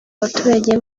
abaturage